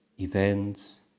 events